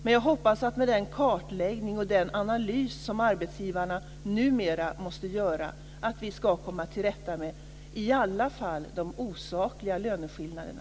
Men jag hoppas att vi med den kartläggning och den analys som arbetsgivarna numera måste göra ska komma till rätta med i alla fall de osakliga löneskillnaderna.